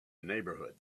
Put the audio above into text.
neighborhood